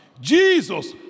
Jesus